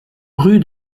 rue